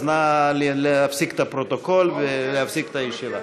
נא להפסיק את הפרוטוקול ולהפסיק את הישיבה.